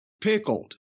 pickled